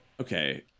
Okay